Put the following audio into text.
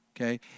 okay